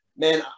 man